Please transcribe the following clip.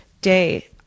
day